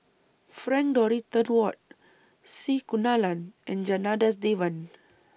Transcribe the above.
Frank Dorrington Ward C Kunalan and Janadas Devan